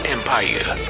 Empire